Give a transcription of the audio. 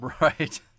Right